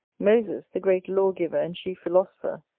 moses, the great lawgiver and chief philosopher,